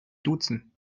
duzen